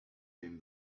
came